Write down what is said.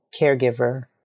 caregiver